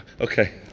okay